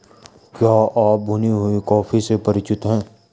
क्या आप भुनी हुई कॉफी से परिचित हैं?